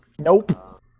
Nope